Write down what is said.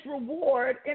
reward